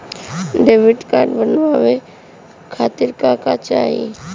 Debit card बनवावे खातिर का का चाही?